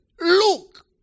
look